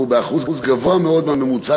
אנחנו באחוז גבוה מאוד מהממוצע,